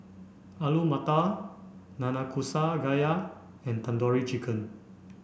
Alu Matar Nanakusa Gayu and Tandoori Chicken